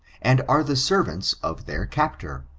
and are the servants of their captor.